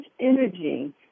energy